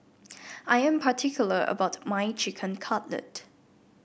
I am particular about my Chicken Cutlet